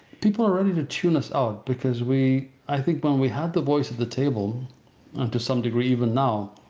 people are ready to tune us out because we, i think when we had the voice at the table and to some degree even now,